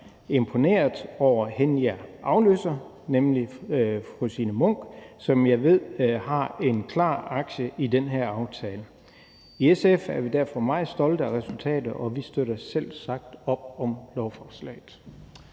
imponeret over hende, jeg afløser, nemlig fru Signe Munk, som jeg ved har en klar aktie i den her aftale. I SF er vi derfor meget stolte af resultatet, og vi støtter selvsagt op om lovforslaget.